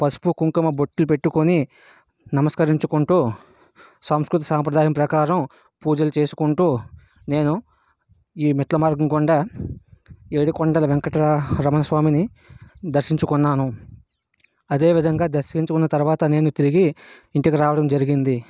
పసుపు కుంకుమ బొట్లు పెట్టుకుని నమస్కరించుకుంటూ సంస్కృతీ సంప్రదాయం ప్రకారం పూజలు చేసుకుంటూ నేను ఈ మెట్ల మార్గం గుండా ఏడుకొండల వెంకటరమణ స్వామిని దర్శించుకున్నాను అదే విధంగా దర్శించుకున్న తర్వాత నేను తిరిగి ఇంటికి రావడం జరిగింది